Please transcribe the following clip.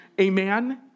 Amen